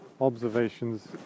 observations